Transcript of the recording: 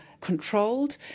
controlled